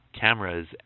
cameras